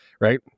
Right